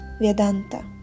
Vedanta